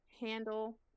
handle